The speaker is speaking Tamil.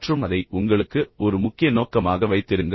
மற்றும் அதை உங்களுக்கு ஒரு முக்கிய நோக்கமாக வைத்திருங்கள்